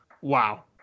wow